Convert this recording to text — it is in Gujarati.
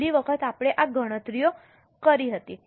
છેલ્લી વખત આપણે આ ગણતરીઓ કરી હતી